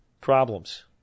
problems